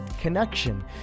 connection